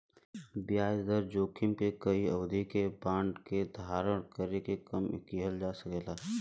ब्याज दर जोखिम के कई अवधि के बांड के धारण करके कम किहल जा सकला